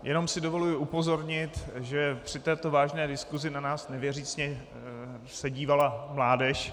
Jenom si dovoluji upozornit, že při této vážné diskusi se na nás nevěřícně dívala mládež.